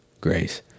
Grace